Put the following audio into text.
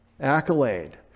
accolade